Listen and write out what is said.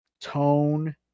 tone